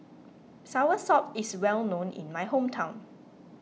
Soursop is well known in my hometown